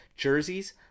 jerseys